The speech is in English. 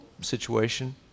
situation